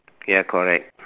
ya correct